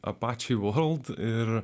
apačy vorld